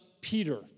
Peter